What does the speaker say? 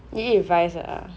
you eat with rice a'ah